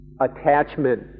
attachment